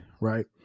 right